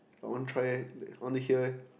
I want try eh I want to hear eh